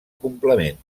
complement